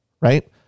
right